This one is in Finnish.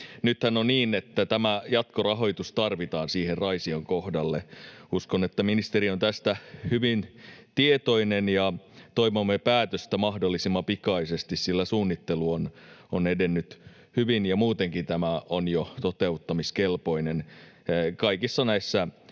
Nythän on niin, että tämä jatkorahoitus tarvitaan siihen Raision kohdalle. Uskon, että ministeri on tästä hyvin tietoinen, ja toivomme päätöstä mahdollisimman pikaisesti, sillä suunnittelu on edennyt hyvin ja muutenkin tämä on jo toteuttamiskelpoinen. Kaikissa näissä